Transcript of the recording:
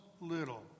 little